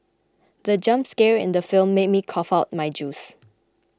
the jump scare in the film made me cough out my juice